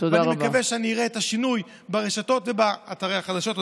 אני מקווה שאני אראה את השינוי ברשתות ובאתרי החדשות.